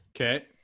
Okay